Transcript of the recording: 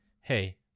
hey